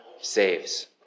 saves